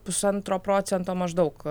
pusantro procento maždaug